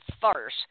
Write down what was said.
farce